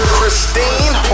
Christine